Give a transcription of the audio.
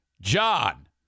John